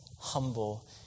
humble